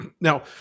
now